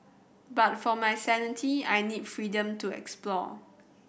but for my sanity I need freedom to explore